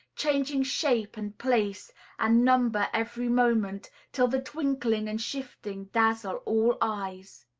changing shape and place and number every moment, till the twinkling and shifting dazzle all eyes.